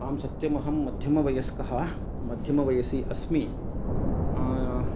आं सत्यम् अहं मध्यमवयस्कः मध्यमवयसी अस्मि